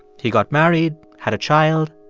he got married, had a child.